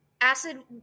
acid